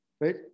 right